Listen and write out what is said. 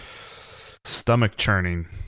stomach-churning